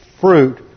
fruit